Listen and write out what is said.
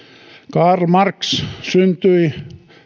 karl marx syntyi